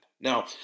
Now